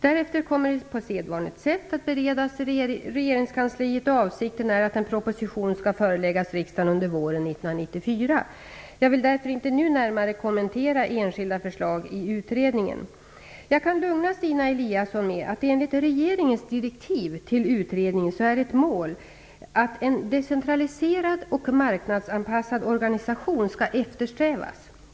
Därefter kommer det på sedvanligt sätt att beredas i regeringskansliet, och avsikten är att en proposition skall föreläggas riksdagen under våren 1994. Jag vill därför inte nu närmare kommentera enskilda förslag i utredningen. Jag kan lugna Stina Eliasson med att enligt regeringens direktiv till utredningen är ett mål att en decentraliserad och marknadsanpassad organisation skall eftersträvas.